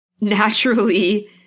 naturally